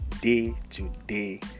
day-to-day